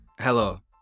Hello